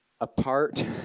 Apart